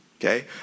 Okay